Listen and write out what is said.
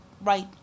right